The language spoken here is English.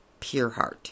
Pureheart